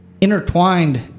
intertwined